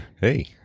Hey